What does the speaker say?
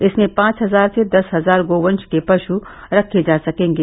इसमें पांच हजार से दस हजार गोवंश के पशु रखे जा सकेंगे